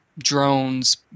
drones